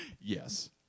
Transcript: Yes